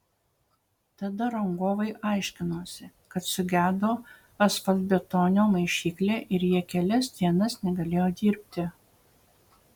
tada rangovai aiškinosi kad sugedo asfaltbetonio maišyklė ir jie kelias dienas negalėjo dirbti